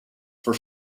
for